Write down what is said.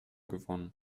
gewonnen